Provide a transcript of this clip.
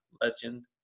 legend